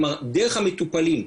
כלומר דרך המטופלים,